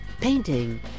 painting